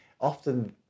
often